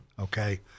okay